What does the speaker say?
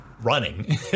running